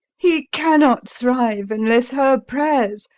he cannot thrive, unless her prayers,